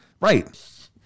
Right